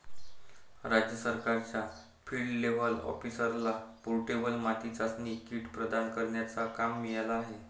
राज्य सरकारच्या field level ऑफिसरला पोर्टेबल माती चाचणी किट प्रदान करण्याचा काम मिळाला आहे